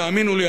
והאמינו לי,